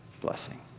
blessing